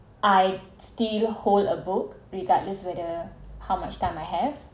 I still hold a book regardless whether how much time I have